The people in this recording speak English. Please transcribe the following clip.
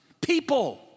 people